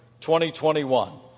2021